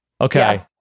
Okay